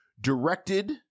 Directed